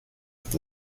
with